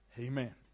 Amen